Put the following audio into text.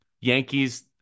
Yankees